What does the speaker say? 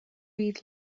eat